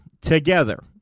together